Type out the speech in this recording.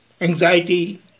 anxiety